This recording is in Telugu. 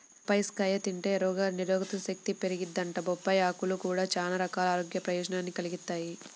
బొప్పాస్కాయ తింటే రోగనిరోధకశక్తి పెరిగిద్దంట, బొప్పాయ్ ఆకులు గూడా చానా రకాల ఆరోగ్య ప్రయోజనాల్ని కలిగిత్తయ్